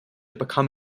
become